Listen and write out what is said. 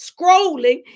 scrolling